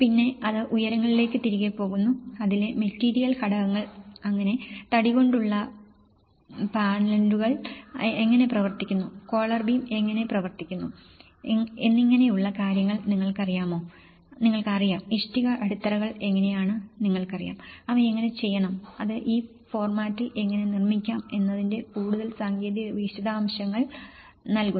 പിന്നെ അത് ഉയരങ്ങളിലേക്ക് തിരികെ പോകുന്നു അതിലെ മെറ്റീരിയൽ ഘടകങ്ങൾ അങ്ങനെ തടികൊണ്ടുള്ള പർലിനുകൾ എങ്ങനെ പ്രവർത്തിക്കുന്നു കോളർ ബീം എങ്ങനെ പ്രവർത്തിക്കുന്നു എന്നിങ്ങനെയുള്ള കാര്യങ്ങൾ നിങ്ങൾക്കറിയാമോ നിങ്ങൾക്കറിയാം ഇഷ്ടിക അടിത്തറകൾ എങ്ങനെയെന്ന് നിങ്ങൾക്കറിയാം അവ എങ്ങനെ ചെയ്യണം അത് ഈ ഫോർമാറ്റിൽ എങ്ങനെ നിർമ്മിക്കാം എന്നതിന്റെ കൂടുതൽ സാങ്കേതിക വിശദാംശങ്ങൾ നൽകുന്നു